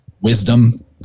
wisdom